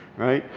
right?